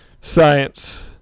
Science